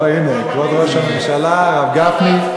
או, הנה כבוד ראש הממשלה, הרב גפני.